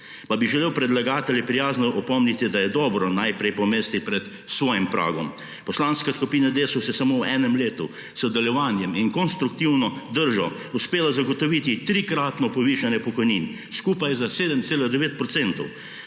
Pa bi želel predlagatelje prijazno opomniti, da je dobro najprej pomesti pred svojim pragom. Poslanska skupina Desus je samo v enem letu s sodelovanjem in konstruktivno držo uspela zagotoviti trikratno povišanje pokojnin skupaj za 7,9